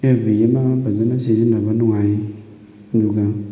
FB ꯑꯃ ꯐꯖꯅ ꯁꯤꯖꯤꯟꯅꯕ ꯅꯨꯡꯉꯥꯏ ꯑꯗꯨꯒ